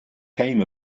came